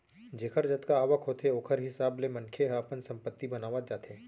जेखर जतका आवक होथे ओखर हिसाब ले मनखे ह अपन संपत्ति बनावत जाथे